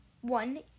one